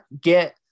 get